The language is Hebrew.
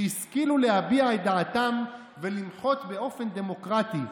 שהשכילו להביע את דעתם ולמחות באופן דמוקרטי,